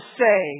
say